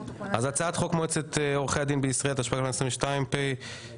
אז הצעת חוק מועצת עורכי הדין בישראל התשפ"ג 2022 (פ/464/25),